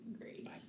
great